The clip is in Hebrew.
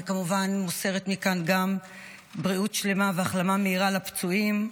אני כמובן מוסרת מכאן גם בריאות שלמה והחלמה מהירה לפצועים.